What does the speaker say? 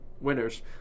winners